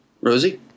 Rosie